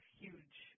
huge –